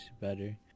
better